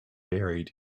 buried